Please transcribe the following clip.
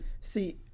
See